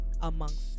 amongst